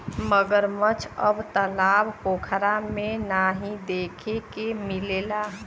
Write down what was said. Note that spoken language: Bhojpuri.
मगरमच्छ अब तालाब पोखरा में नाहीं देखे के मिलला